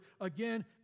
again